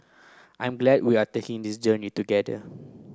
I'm glad we are taking this journey together